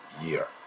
year